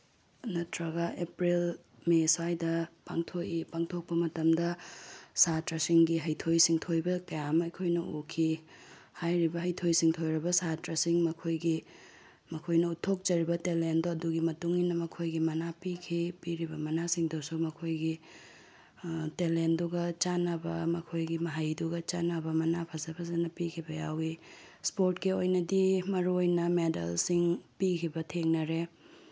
ꯅꯠꯇ꯭ꯔꯒ April May ꯁ꯭ꯋꯥꯏꯗ ꯄꯥꯡꯊꯣꯛꯏ ꯄꯥꯡꯊꯣꯛꯄ ꯃꯇꯝꯗ ꯁꯥꯇ꯭ꯔꯁꯤꯡꯒꯤ ꯍꯩꯊꯣꯏ ꯁꯤꯡꯊꯣꯏꯕ ꯀꯌꯥ ꯑꯃ ꯑꯩꯈꯣꯏꯅ ꯎꯈꯤ ꯍꯥꯏꯔꯤꯕ ꯍꯩꯊꯣꯏ ꯁꯤꯡꯊꯣꯏꯔꯕ ꯁꯥꯇ꯭ꯔꯁꯤꯡ ꯃꯈꯣꯏꯒꯤ ꯃꯈꯣꯏꯅ ꯎꯠꯊꯣꯛꯆꯔꯤꯕ ꯇꯦꯂꯦꯟꯗꯣ ꯑꯗꯨꯒꯤ ꯃꯇꯨꯡꯏꯟꯅ ꯃꯈꯣꯏꯒꯤ ꯃꯅꯥ ꯄꯤꯈꯤ ꯄꯤꯔꯤꯕ ꯃꯅꯥꯁꯤꯡꯗꯨꯁꯨ ꯃꯈꯣꯏꯒꯤ ꯇꯦꯂꯦꯟꯗꯨꯒ ꯆꯥꯅꯕ ꯃꯈꯣꯏꯒꯤ ꯃꯍꯩꯗꯨꯒ ꯆꯥꯅꯕ ꯃꯅꯥ ꯐꯖ ꯐꯖꯅ ꯄꯤꯈꯤꯕ ꯌꯥꯎꯋꯤ ꯏꯁꯄꯣꯔꯠꯀꯤ ꯑꯣꯏꯅꯗꯤ ꯃꯔꯨꯑꯣꯏꯅ ꯃꯦꯗꯜꯁꯤꯡ ꯄꯤꯈꯤꯕ ꯊꯦꯡꯅꯔꯦ